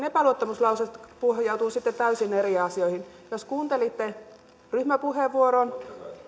epäluottamuslause pohjautuu sitten täysin eri asioihin jos kuuntelitte ryhmäpuheenvuoron